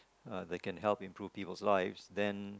uh they can help improve people's lives then